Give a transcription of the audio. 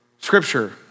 Scripture